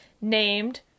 named